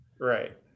right